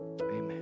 amen